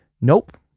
nope